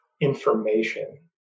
information